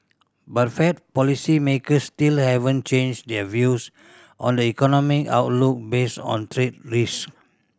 but Fed policymakers still haven't changed their views on the economic outlook based on trade risk